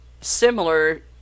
similar